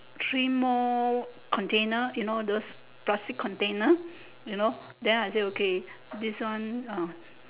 three more container you know those plastic container you know then I say okay this one ah